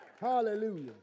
Hallelujah